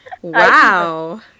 wow